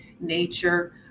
nature